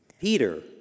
Peter